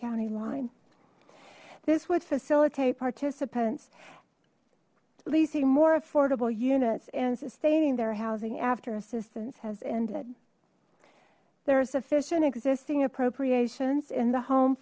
county line this would facilitate participants leasing more affordable units and sustaining their housing after assistance has ended there are sufficient existing appropriations in the home